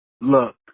Look